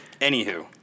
Anywho